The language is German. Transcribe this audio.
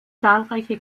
zahlreiche